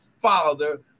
father